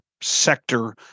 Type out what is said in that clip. sector